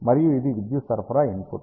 మరియు ఇది విద్యుత్ సరఫరా ఇన్పుట్